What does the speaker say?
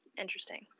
interesting